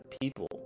people